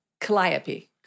Calliope